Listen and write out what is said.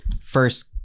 first